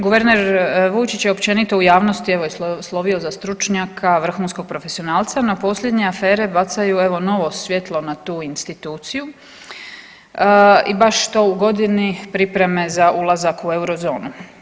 Guverner Vujčić je općenito u javnosti evo i slovio za stručnjaka, vrhunskog profesionalca, no posljednje afere bacaju evo novo svjetlo na tu instituciju i baš to u godini pripreme za ulazak u Eurozonu.